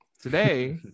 today